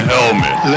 Helmet